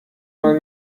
mal